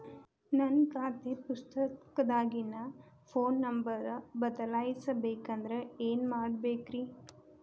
ನನ್ನ ಖಾತೆ ಪುಸ್ತಕದಾಗಿನ ಫೋನ್ ನಂಬರ್ ಬದಲಾಯಿಸ ಬೇಕಂದ್ರ ಏನ್ ಮಾಡ ಬೇಕ್ರಿ?